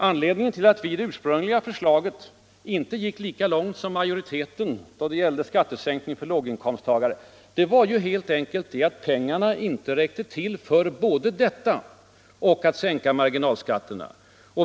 Anledningen till att vi i det ursprungliga skatteförslaget inte gick lika långt som majoriteten då det gällde skattesänkningen för låginkomsttagare var helt enkelt att pengarna inte räckte till både för detta och för att sänka marginalskatterna.